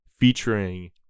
Featuring